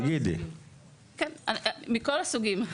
מכל הסוגים.